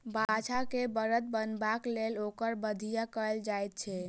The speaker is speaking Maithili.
बाछा के बड़द बनयबाक लेल ओकर बधिया कयल जाइत छै